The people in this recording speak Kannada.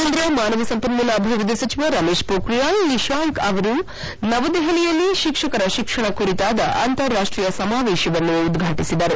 ಕೇಂದ್ರ ಮಾನವ ಸಂಪನ್ನೂಲ ಅಭಿವೃದ್ದಿ ಸಚಿವ ರಮೇಶ್ ಷೊಕ್ರಿಯಾಲ್ ನಿಶಾಂಕ್ ಅವರು ನವದೆಪಲಿಯಲ್ಲಿ ಶಿಕ್ಷಕರ ತಿಕ್ಷಣ ಕುರಿತಾದ ಅಂತಾರಾಷ್ಟೀಯ ಸಮಾವೇಶವನ್ನು ಉದ್ವಾಟಿಸಿದರು